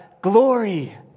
glory